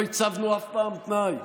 אף פעם לא הצבנו תנאי,